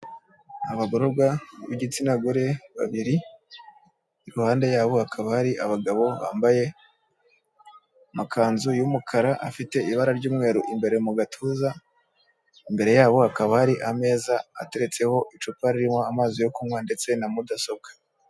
Abagororwa b'igitsina gore babiri, iruhande yabo hakaba hari abagabo bambaye amakanzu y'umukara, afite ibara ry'umweru imbere mu gatuza, imbere yabo hakaba hari ameza ateretseho icupa ririmo amazi yo kunywa ndetse na mudasobwa.